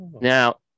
Now